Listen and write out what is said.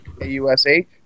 A-U-S-H